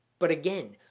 but again,